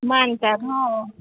म्हणतात हो